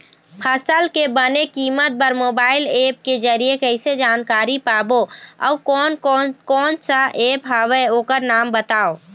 फसल के बने कीमत बर मोबाइल ऐप के जरिए कैसे जानकारी पाबो अउ कोन कौन कोन सा ऐप हवे ओकर नाम बताव?